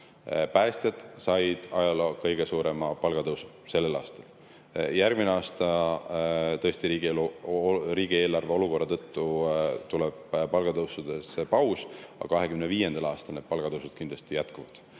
Päästjad said ajaloo kõige suurema palgatõusu sellel aastal. Järgmine aasta, tõesti, riigieelarve olukorra tõttu tuleb palgatõusudes paus, aga 2025. aastal palgatõusud kindlasti jätkuvad.